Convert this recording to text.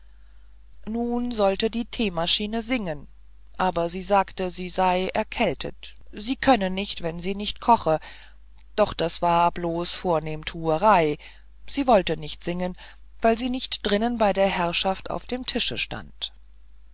nun sollte die theemaschine singen aber sie sagte sie sei erkältet sie könne nicht wenn sie nicht koche doch das war bloße vornehmthuerei sie wollte nicht singen wenn sie nicht drinnen bei der herrschaft auf dem tische stand